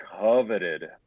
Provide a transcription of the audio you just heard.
coveted